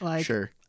Sure